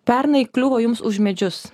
pernai kliuvo jums už medžius